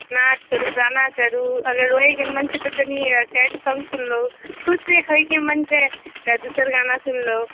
नाच करू गाना करू अगर रोएके मन छै तऽ कनि सैड साँग सुनलहुँ खुशी होएके मन छै तऽ दोसर गाना सुनलहुँ